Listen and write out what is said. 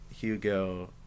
Hugo